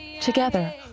Together